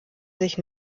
sich